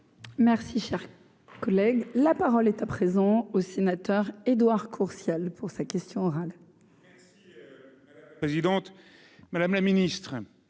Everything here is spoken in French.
Merci, cher collègue, la parole est à présent au sénateur Didier Rambaud pour sa question orale.